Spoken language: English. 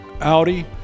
Audi